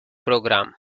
program